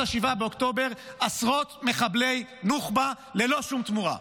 7 באוקטובר עשרות מחבלי נוח'בה ללא שום תמורה,